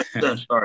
sorry